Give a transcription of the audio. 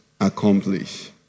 accomplish